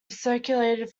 circulated